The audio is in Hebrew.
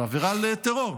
זו עבירת טרור.